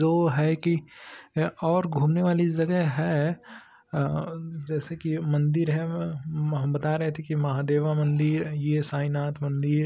जो है कि या और घूमने वाली जगह है जैसे कि मन्दिर है हम बता रहे थे कि महादेवा मन्दिर यह साईंनाथ मन्दिर